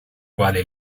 quale